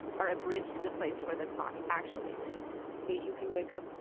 are a bridge to the place where the clocks actually lives but you can wake up,